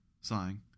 sighing